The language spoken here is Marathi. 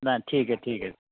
नाही ठीक आहे ठीक आहे